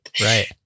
Right